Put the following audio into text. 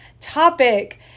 topic